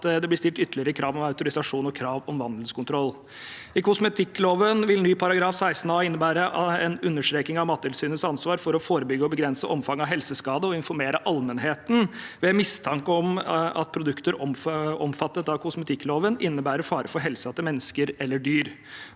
at det blir stilt ytterligere krav om autorisasjon og krav om vandelskontroll. I kosmetikkloven vil ny § 16 a innebære en understreking av Mattilsynets ansvar for å forebygge og begrense omfanget av helseskade og informere allmennheten ved mistanke om at produkter omfattet av kosmetikkloven innebærer fare for helsen til mennesker eller dyr.